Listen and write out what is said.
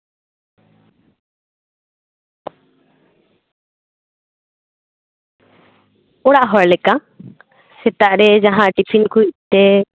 ᱚᱲᱟᱜ ᱦᱚᱲᱞᱮᱠᱟ ᱥᱮᱛᱟᱜ ᱨᱮ ᱡᱟᱦᱟᱸ ᱴᱤᱯᱷᱤᱱ ᱠᱩᱡᱛᱮ